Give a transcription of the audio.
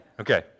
Okay